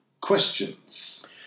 questions